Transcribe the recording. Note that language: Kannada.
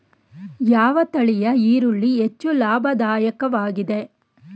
ಯಾವ ತಳಿಯ ಈರುಳ್ಳಿ ಹೆಚ್ಚು ಲಾಭದಾಯಕವಾಗಿದೆ?